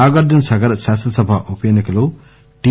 నాగార్లున సాగర్ శాసనసభ ఉప ఎన్నికలో టి